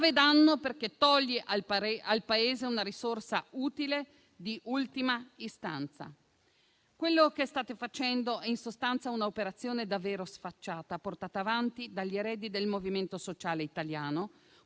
grave danno, perché toglie al pari al Paese una risorsa utile di ultima istanza. Quello che state facendo è in sostanza un'operazione davvero sfacciata, portata avanti dagli eredi del Movimento Sociale Italiano;